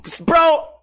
Bro